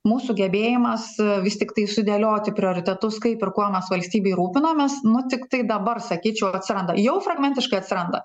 mūsų gebėjimas vis tiktai sudėlioti prioritetus kaip ir kuo mes valstybėj rūpinomės nuo tiktai dabar sakyčiau atsiranda jau fragmentiškai atsiranda